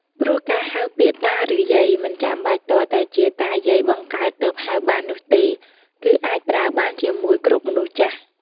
ជាពិសេសការហៅមនុស្សចាស់ ទាំងមនុស្សចាស់ដែលជាប់សាច់ញាតិក្តីមិនជាប់សាច់ញាតិក្តី។